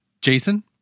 Jason